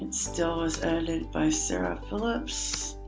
still is edited by sarah phillips.